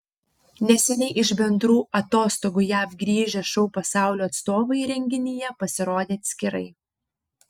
neseniai iš bendrų atostogų jav grįžę šou pasaulio atstovai renginyje pasirodė atskirai